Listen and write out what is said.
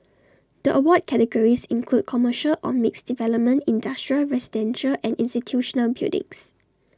the award categories include commercial or mixed development industrial residential and institutional buildings